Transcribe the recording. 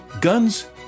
guns